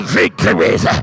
victories